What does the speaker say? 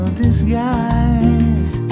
disguise